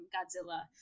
Godzilla